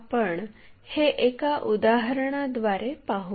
आपण हे एका उदाहरणाद्वारे पाहू